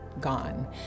gone